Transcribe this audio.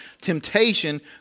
Temptation